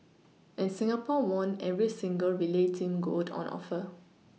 and Singapore won every single relay team gold on offer